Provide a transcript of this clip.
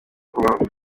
kubaho